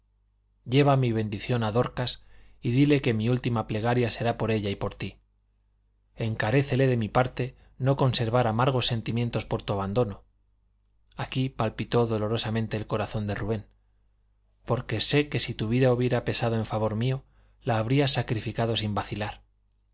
lleva mi bendición a dorcas y dile que mi última plegaria será por ella y por ti encarécele de mi parte no conservar amargos sentimientos por tu abandono aquí palpitó dolorosamente el corazón de rubén porque sé que si tu vida hubiera pesado en favor mío la habrías sacrificado sin vacilar